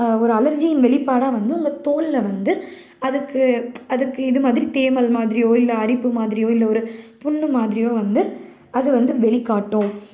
ஒரு அலர்ஜியின் வெளிப்பாடாக வந்து உங்கள் தோலில் வந்து அதுக்கு அதுக்கு இதுமாதிரி தேமல் மாதிரியோ இல்லை அரிப்பு மாதிரியோ இல்லை ஒரு புண் மாதிரியோ வந்து அது வந்து வெளிக்காட்டும்